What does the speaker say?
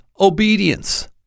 obedience